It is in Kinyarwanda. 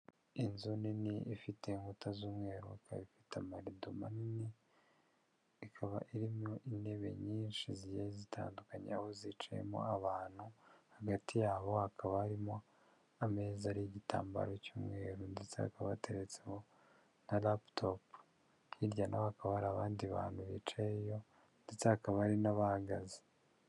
Inzu nini ifite inkuta z'umweru kandi ifite amarido manini, ikaba irimo intebe nyinshi zigiye zitandukanyaho zicayemo abantu hagati yabo hakaba harimo ameza ariho igitambaro cy'umweru ndetse akaba ateretseho na raputopu, hirya naho hakaba hari abandi bantu bicayeyo ndetse hakaba hari n'abahagaze.